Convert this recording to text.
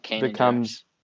becomes